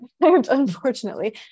unfortunately